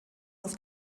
auf